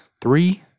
Three